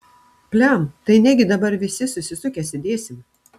pliam tai negi dabar visi susisukę sėdėsim